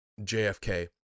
JFK